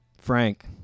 Frank